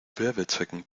werbezwecken